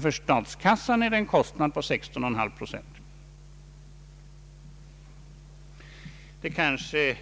För statskassan medför det en kostnad på 16,5 procent. Det kanske